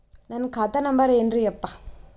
ನನ್ನ ಖಾತಾ ನಂಬರ್ ಏನ್ರೀ ಯಪ್ಪಾ?